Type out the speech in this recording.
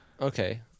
okay